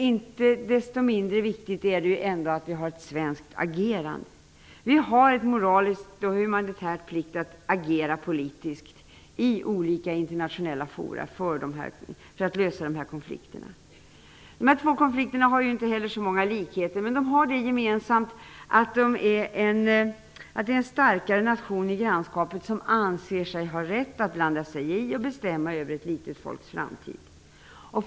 Inte desto mindre viktigt är det ändå med ett svenskt agerande. Vi har en moralisk och humanitär plikt att agera politiskt i olika internationella forum för att lösa konflikterna. De två konflikterna har inte så många likheter, men de har det gemensamt att det är en starkare nation i grannskapet som anser sig ha rätt att blanda sig i och bestämma över ett litet folks framtid.